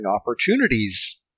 opportunities